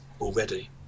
already